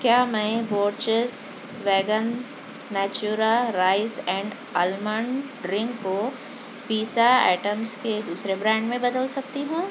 کیا میں Borges vegan natura rice and almond drink کو پیزا آئٹمس کے دوسرے برانڈ میں بدل سکتی ہوں